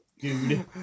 dude